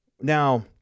Now